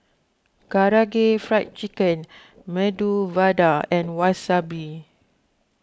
Karaage Fried Chicken Medu Vada and Wasabi